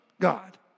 God